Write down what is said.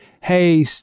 hey